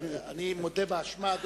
אדוני, אני מודה באשמה.